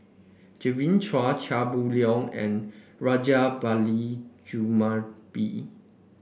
Genevieve Chua Chia Boon Leong and Rajabali Jumabhoy